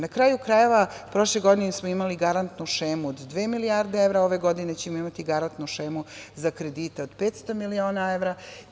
Na kraju krajeva, prošle godine smo imali garantnu šemu od dve milijarde evra, a ove godine ćemo imati garantnu šemu za kredite od 500 miliona evra.